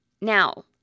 Now